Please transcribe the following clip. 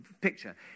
picture